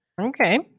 Okay